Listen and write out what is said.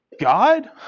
God